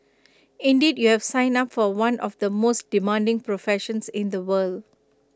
indeed you have signed up for one of the most demanding professions in the world